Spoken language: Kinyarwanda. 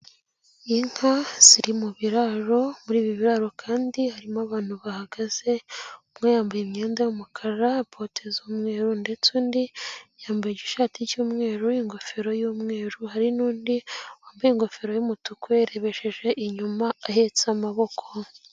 Inka ziri mu biraro, muri ibi biraro kandi harimo abantu bahagaze, umwe yambaye imyenda y'umukara, bote z'umweru ndetse undi yambaye igishati cy'umweru, ingofero y'umweru, hari n'undi wambaye ingofero y'umutuku yayirebesheje inyuma, ahetse amaboko.